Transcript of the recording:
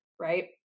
right